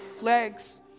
legs